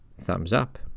Thumbs-up